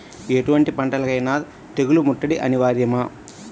ఎటువంటి పంటలకైన తెగులు ముట్టడి అనివార్యమా?